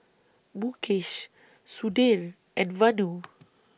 Mukesh Sudhir and Vanu